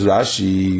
Rashi